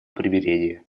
примирения